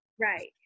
Right